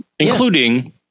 including